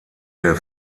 der